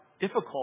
difficult